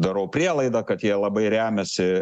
darau prielaidą kad jie labai remiasi